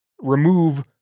remove